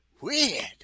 Weird